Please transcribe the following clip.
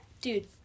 Dude